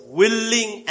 willing